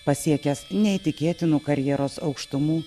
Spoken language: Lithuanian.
pasiekęs neįtikėtinų karjeros aukštumų